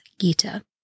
Gita